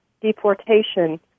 deportation